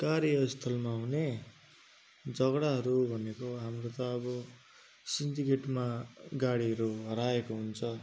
कार्यस्थलमा हुने झगडाहरू भनेको हाम्रो त अब सिन्डिकेटमा गाडीहरू हराएको हुन्छ